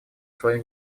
свою